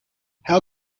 how